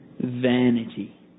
vanity